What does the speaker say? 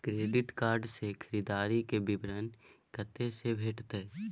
Credit card से खरीददारी के विवरण कत्ते से भेटतै?